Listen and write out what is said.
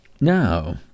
Now